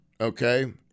okay